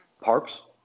Parks